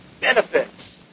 benefits